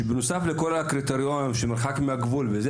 שבנוסף לכל הקריטריונים של מחקר מהגבול וכו',